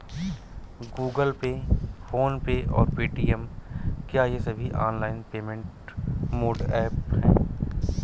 Google Pay PhonePe और Paytm क्या ये सभी ऑनलाइन पेमेंट मोड ऐप हैं?